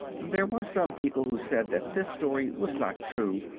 there were some people who said that this story was not true,